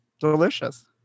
Delicious